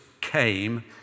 came